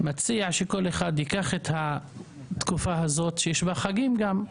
מציע שכל אחד ייקח את התקופה הזאת שיש בה חגים גם,